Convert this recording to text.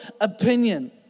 opinion